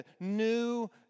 new